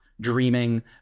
dreaming